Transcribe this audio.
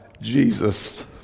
Jesus